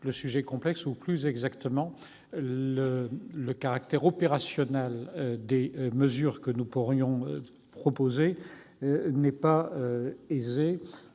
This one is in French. le sujet est complexe ; plus exactement, le caractère opérationnel des mesures que nous pourrions proposer n'est pas aisé